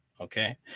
okay